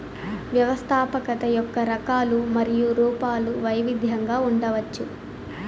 వ్యవస్థాపకత యొక్క రకాలు మరియు రూపాలు వైవిధ్యంగా ఉండవచ్చు